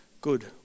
good